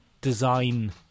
design